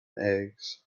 eggs